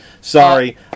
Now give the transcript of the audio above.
Sorry